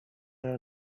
her